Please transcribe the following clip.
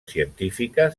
científica